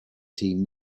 team